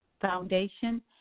Foundation